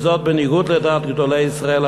וזאת בניגוד לדעת גדולי ישראל,